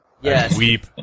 Yes